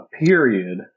period